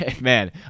man